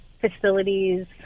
facilities